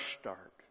start